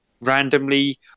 randomly